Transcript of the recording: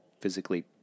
physically